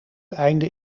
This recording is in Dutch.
einde